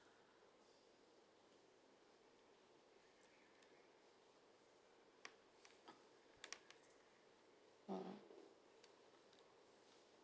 mm